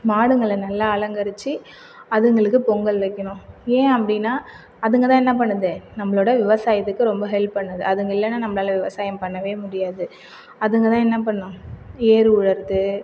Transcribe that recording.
மாடுங்களை நல்ல அலங்கரிச்சி அதுங்களுக்கு பொங்கல் வைக்கணும் ஏன் அப்படின்னா அதுங்கதான் என்ன பண்ணுது நம்பளோட விவசாயத்துக்கு ரொம்ப ஹெல்ப் பண்ணுது அதுங்க இல்லைனா நம்மளால் விவசாயம் பண்ணவே முடியாது அதுங்கதான் என்ன பண்ணும் ஏரு உழுறது